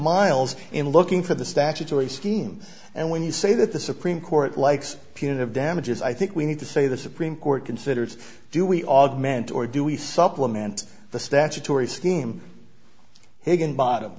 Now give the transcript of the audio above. miles in looking for the statutory scheme and when you say that the supreme court likes punitive damages i think we need to say the supreme court considers do we augment or do we supplement the statutory scheme higginbot